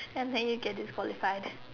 and then you get disqualified